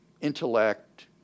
intellect